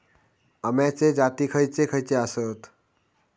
अम्याचे जाती खयचे खयचे आसत?